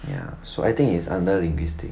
ya so I think it's under linguistic